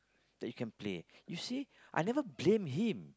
that you can play you see I never blame him